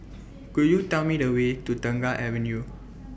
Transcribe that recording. Could YOU Tell Me The Way to Tengah Avenue